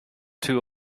too